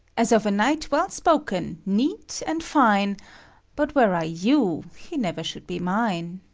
as of a knight well-spoken, neat, and fine but, were i you, he never should be mine.